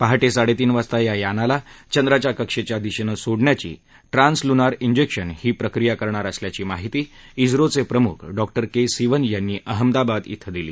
पहाटे साडेतीन वाजता या यानाला चंद्राच्या कक्षेच्या दिशेनं सोडण्याची ट्रान्स लुनार इंजेक्शन ही प्रक्रिया करणार असल्याची माहिती इस्रोचे प्रमुख डॉक्टर के सिवन यांनी अहमदाबाद इथं दिली